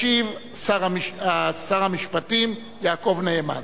ישיב שר המשפטים יעקב נאמן.